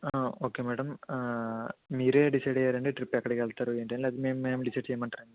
okay madam మీరే decide అయ్యారా అండి ట్రిప్ ఎక్కడికి వెళ్తారు ఏంటి అని లేకపోతే మేం మేం డిసైడ్ చేయమంటారా అండి